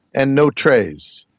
and no trays.